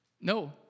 No